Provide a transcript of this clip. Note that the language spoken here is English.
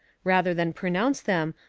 rather than pronounce them,